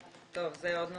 טוב, זה עוד נושא.